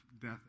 death